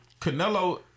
Canelo